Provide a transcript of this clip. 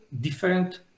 different